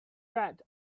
red